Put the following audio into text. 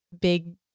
big